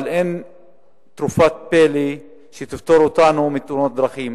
אבל אין תרופת פלא שתפטור אותנו מתאונות דרכים.